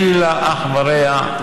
אין לה אח ורע,